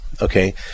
Okay